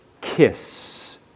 kiss